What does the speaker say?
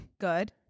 Good